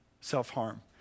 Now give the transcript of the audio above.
Self-harm